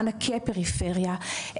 מענקי פריפריה,